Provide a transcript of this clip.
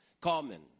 Common